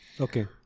Okay